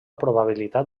probabilitat